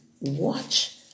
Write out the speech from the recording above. watch